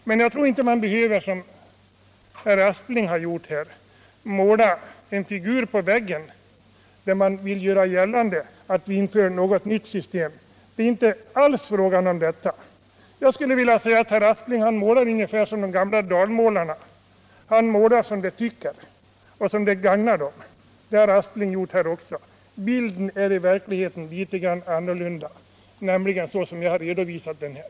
Men jag tycker inte att man behöver, som herr Aspling har gjort här, måla en figur på väggen och göra gällande att vi inför något nytt system. Det är inte alls fråga om detta. Jag skulle vilja säga att herr Aspling målar ungefär som de gamla dalmålarna. De målade som de tyckte och som det gagnade dem. Det har herr Aspling gjort här också. Bilden är i verkligheten litet annorlunda, nämligen så som jag har redovisat här.